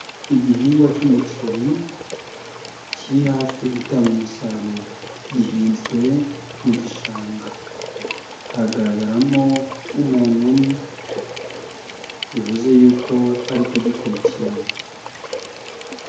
Igihingwa cy'umuceri, kiri hafi gutanga umusaruro. Gihinzwe mu gishanga. Hgaragaramo umuntu umwe. Bivuze yuko ari kugikurikirana.